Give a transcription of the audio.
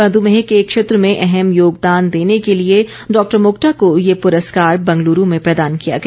मधुमेह के क्षेत्र में अहम योगदान देने के लिये डॉ मोक्टा को ये प्रस्कार बंगलूरू में प्रदान किया गया